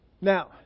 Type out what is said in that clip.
Now